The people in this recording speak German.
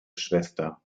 schwester